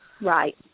Right